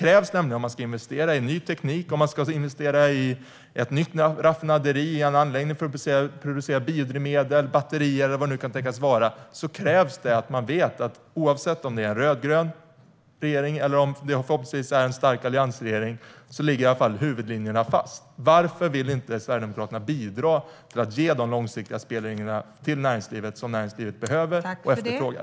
Om man ska investera i ny teknik, ett nytt raffinaderi, en anläggning för att producera biodrivmedel, batterier eller vad det nu kan tänkas vara krävs det nämligen att man vet att oavsett om det är en rödgrön regering eller förhoppningsvis en stark alliansregering ligger i alla fall huvudlinjerna fast. Varför vill inte Sverigedemokraterna bidra till att ge de långsiktiga spelregler som näringslivet behöver och efterfrågar?